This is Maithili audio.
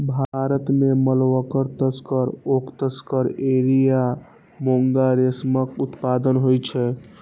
भारत मे मलबरी, तसर, ओक तसर, एरी आ मूंगा रेशमक उत्पादन होइ छै